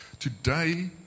Today